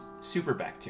superbacteria